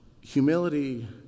Humility